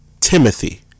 Timothy